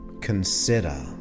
Consider